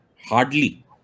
Hardly